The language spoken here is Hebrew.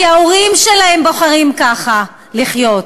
כי ההורים שלהם בוחרים לחיות ככה.